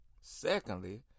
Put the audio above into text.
Secondly